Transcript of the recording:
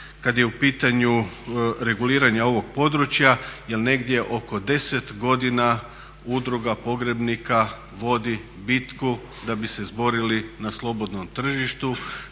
kad je u pitanju reguliranje ovog područja jer negdje oko 10 godina udruga pogrebnika vodi bitku da bi se izborili na slobodnom tržištu,